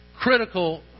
Critical